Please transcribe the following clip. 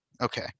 Okay